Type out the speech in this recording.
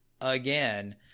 again